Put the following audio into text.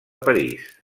parís